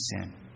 sin